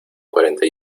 cuarenta